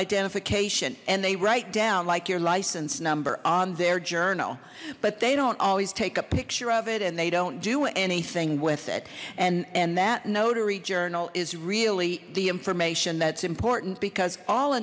identification and they write down like your license number on their journal but they don't always take a picture of it and they don't do anything with it and and that notary journal is really the information that's important because all